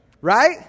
Right